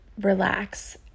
relax